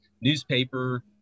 newspaper